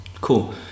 Cool